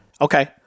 okay